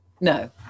No